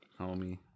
homie